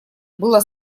было